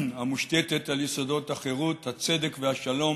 המושתתת על יסודות החירות, הצדק והשלום,